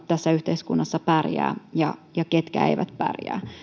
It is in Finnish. tässä yhteiskunnassa pärjäävät ja ketkä eivät pärjää